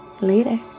Later